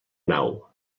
nau